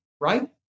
Right